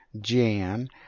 Jan